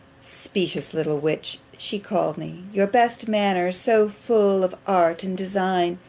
specious little witch! she called me your best manner, so full of art and design,